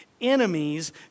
Enemies